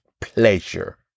pleasure